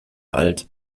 alt